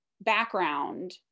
background